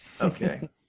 Okay